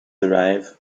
arrive